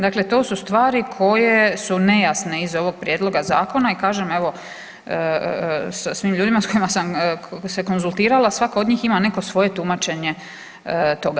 Dakle, to su stvari koje su nejasne iz ovog prijedloga zakona i kažem evo sa svim ljudima s kojim sam se konzultirala svako od njih ima neko svoje tumačenje toga.